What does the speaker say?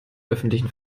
öffentlichen